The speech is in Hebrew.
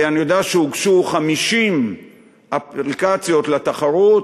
אני יודע שהוגשו 50 אפליקציות לתחרות,